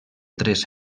tres